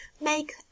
make